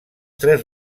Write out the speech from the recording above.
tres